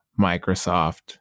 Microsoft